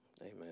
Amen